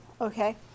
Okay